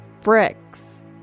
bricks